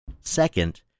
Second